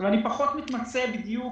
אני פחות מתמצא בדיוק